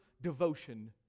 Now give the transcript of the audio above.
devotion